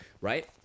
right